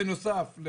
בנוסף,